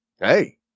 hey